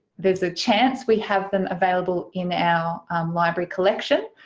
there's a chance we have them available in our library collection.